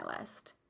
list